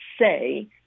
say